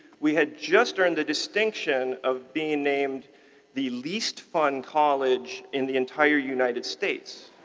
we had just earned the distinction of being named the least fun college in the entire united states,